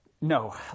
No